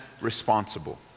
responsible